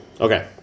Okay